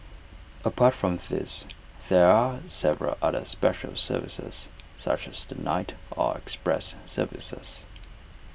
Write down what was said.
apart from these there are several other special services such as the night or express services